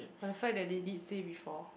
but the fact that they did say before